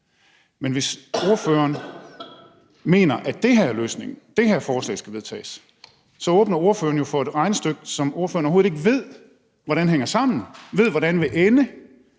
Men hvis ordføreren mener, at det her er løsningen, at det her forslag skal vedtages, så åbner ordføreren jo for et regnestykke, som ordføreren overhovedet ikke ved hvordan hænger sammen, hvordan vil ende